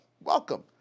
welcome